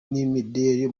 n’imideli